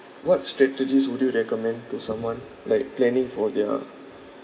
what strategies would you recommend to someone like planning for their